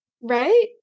right